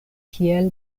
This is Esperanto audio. kiel